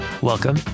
Welcome